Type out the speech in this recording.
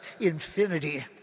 infinity